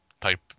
type